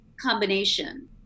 combination